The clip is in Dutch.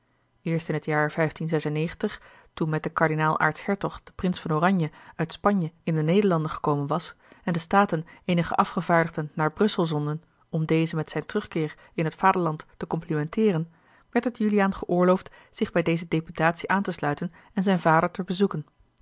eerst in t jaar toen met den kardinaal aartshertog de prins van oranje uit spanje in de nederlanden gekomen was en de taten eenige afgevaardigden naar brussel zonden om dezen met zijn terugkeer in het vaderland te complimenteeren werd het juliaan geoorloofd zich bij deze deputatie aan te sluiten en zijn vader te bezoeken